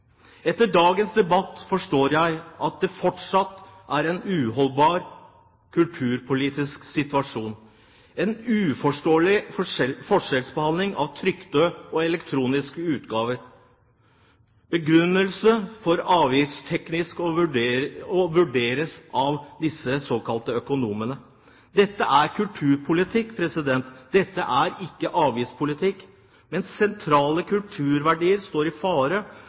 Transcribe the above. Etter dagens debatt forstår jeg at det fortsatt er en uholdbar kulturpolitisk situasjon – en uforståelig forskjellsbehandling av trykte og elektroniske utgaver. Begrunnelsen er avgiftsteknisk og vurderes av disse såkalte økonomene. Dette er kulturpolitikk. Dette er ikke avgiftspolitikk. Sentrale kulturverdier står i fare,